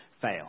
fail